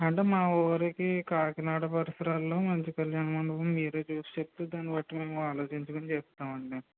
అంటే మా ఊరికి కాకినాడ పరిసరాలలో మంచి కల్యాణ మండపం మీరుచూసి చెప్తే దాన్ని బట్టి మేము ఆలోచించుకుని చెప్తాం అండి